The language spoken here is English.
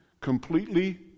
completely